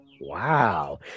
Wow